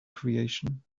creation